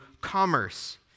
commerce